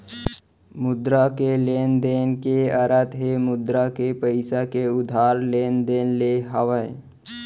मुद्रा के लेन देन के अरथ हे मुद्रा के पइसा के उधार लेन देन ले हावय